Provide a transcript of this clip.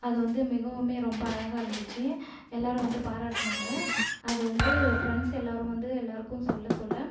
அது வந்து மிகவுமே ரொம்ப அழகாக இருந்துச்சு எல்லாரும் வந்து பாராட்டுனாங்கள் அது வந்து ஃப்ரெண்ட்ஸ் எல்லாரும் வந்து எல்லாருக்கும் சொல்ல சொல்ல